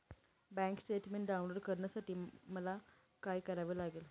Bank statement download करण्यासाठी मला काय करावे लागेल?